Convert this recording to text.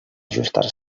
ajustar